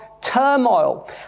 Turmoil